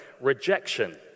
rejection